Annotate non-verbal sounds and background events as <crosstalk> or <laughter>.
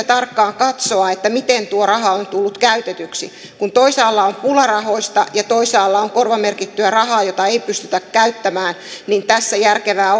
<unintelligible> tarkkaan katsoa miten tuo raha on tullut käytetyksi kun toisaalla on pula rahoista ja toisaalla on korvamerkittyä rahaa jota ei pystytä käyttämään niin tässä järkevää <unintelligible>